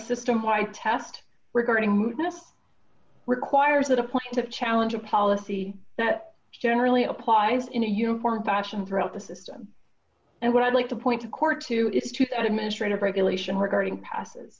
system wide test regarding movement requires a point of challenge a policy that generally applies in a uniform fashion throughout the system and what i'd like to point to court to is to set administrative regulation regarding passes